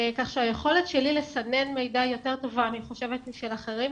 כך שהיכולת שלי לסנן מידע היא יותר טובה משל אחרים,